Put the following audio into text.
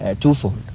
twofold